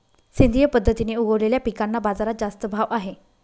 सेंद्रिय पद्धतीने उगवलेल्या पिकांना बाजारात जास्त भाव आहे